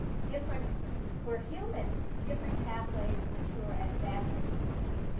different for humans different pathways mature at vastly different rates.